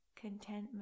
contentment